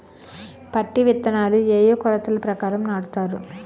పత్తి విత్తనాలు ఏ ఏ కొలతల ప్రకారం నాటుతారు?